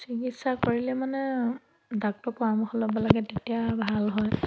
চিকিৎসা কৰিলে মানে ডাক্তৰ পৰামৰ্শ ল'ব লাগে তেতিয়া ভাল হয়